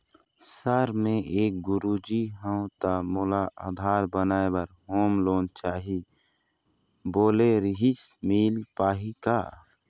Sir मे एक गुरुजी हंव ता मोला आधार बनाए बर होम लोन चाही बोले रीहिस मील पाही का?